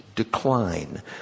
decline